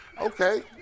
Okay